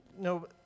no